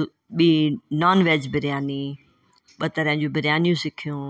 ॿी नॉनवैज बिरयानी ॿ तरह जूं बिरयानियूं सिखियूं